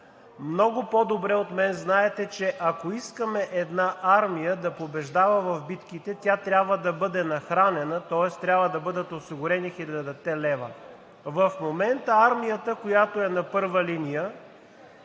много по-добре от мен знаете, че ако искаме една армия да побеждава в битките, тя трябва да бъде нахранена, тоест трябва да бъдат осигурени хилядата лева. В момента армията, която е на първа линия,